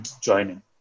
joining